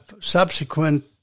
subsequent